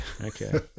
Okay